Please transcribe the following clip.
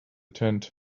tent